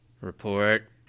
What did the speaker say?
Report